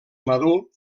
madur